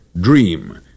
dream